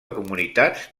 comunitats